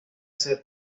ser